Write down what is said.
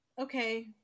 okay